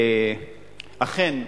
אכן,